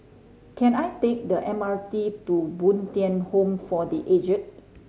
can I take the M R T to Bo Tien Home for The Aged